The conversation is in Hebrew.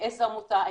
לאיזו עמותה,